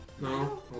No